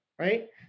right